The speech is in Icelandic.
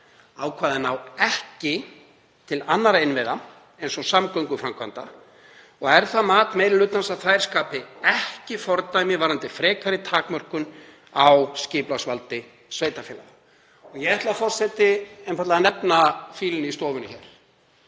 Ákvæðin ná ekki til annarra innviða eins og samgönguframkvæmda. Er það mat meiri hlutans að þær skapi ekki fordæmi varðandi frekari takmörkun á skipulagsvaldi sveitarfélaga. Ég ætla, forseti, einfaldlega að nefna fílinn í stofunni því